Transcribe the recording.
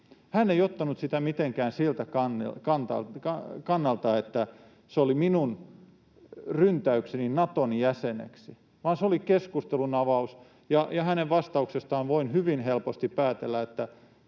hän ei ottanut sitä mitenkään siltä kannalta, että se oli minun ryntäykseni Naton jäseneksi, vaan se oli keskustelunavaus. Ja hänen vastauksestaan voin hyvin helposti päätellä, että